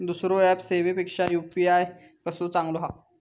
दुसरो ऍप सेवेपेक्षा यू.पी.आय कसो चांगलो हा?